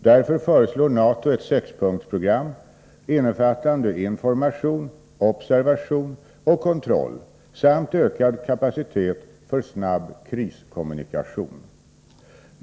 Därför föreslår NATO ett sexpunktsprogram innefattande information, observation och kontroll samt ökad kapacitet för snabb kriskommunikation.